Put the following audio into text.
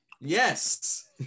Yes